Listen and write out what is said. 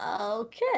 Okay